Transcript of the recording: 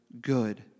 good